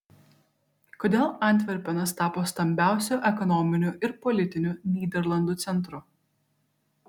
kodėl antverpenas tapo stambiausiu ekonominiu ir politiniu nyderlandų centru